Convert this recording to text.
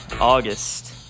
august